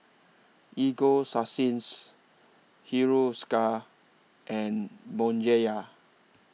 Ego Sunsense Hiruscar and Bonjela